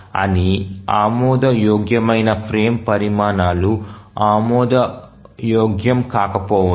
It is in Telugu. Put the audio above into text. అన్ని ఆమోదయోగ్యమైన ఫ్రేమ్ పరిమాణాలు ఆమోదయోగ్యం కాకపోవచ్చు